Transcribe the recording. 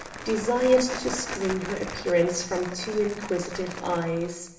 desired to screen her appearance from too inquisitive eyes.